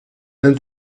and